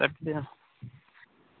अच्छा